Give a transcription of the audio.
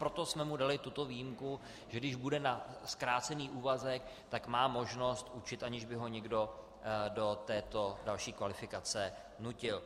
Proto jsme mu dali tuto výjimku, že když bude na zkrácený úvazek, tak má možnost učit, aniž by ho někdo do další kvalifikace nutil.